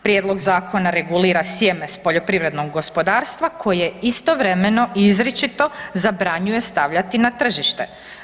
Prijedlog zakona regulira sjeme s poljoprivrednog gospodarstva koje istovremeno izričito zabranjuje stavljati na tržište.